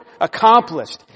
Accomplished